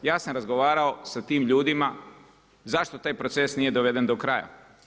Ja sam razgovarao sa tim ljudima zašto taj proces nije doveden do kraja.